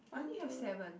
I only have seven